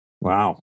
Wow